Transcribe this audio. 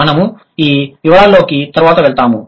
మనము ఈ వివరాల్లోకి తరువాత వెళ్తాము